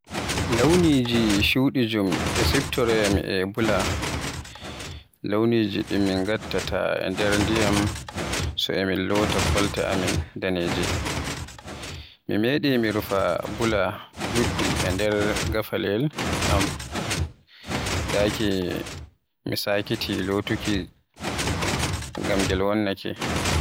Launiji Shudijum e siftoroyam e blur, launiji di min ngatata e nder ndiyam so e min lota kolte amin daneje. Mi medi mi rufa blur duddi e nder gafaleyel am, daki mi sakiti lotuki, ngam ngel wonnake.